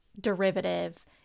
derivative